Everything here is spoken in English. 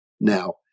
now